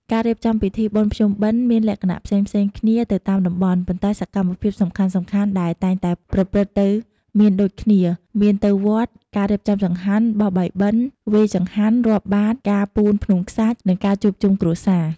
ការរៀបចំពិធីបុណ្យភ្ជុំបិណ្ឌ មានលក្ខណៈផ្សេងៗគ្នាទៅតាមតំបន់ ប៉ុន្តែសកម្មភាពសំខាន់ៗដែលតែងតែប្រព្រឹត្តទៅមានដូចគ្នា មាន ទៅវត្ត ការរៀបចំចង្ហាន់ បោះបាយបិណ្ឌ វេរចង្ហាន់ រាប់បាត្រ ការពូនភ្នំខ្សាច់ និង ការជួបជុំគ្រួសារ។